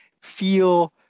feel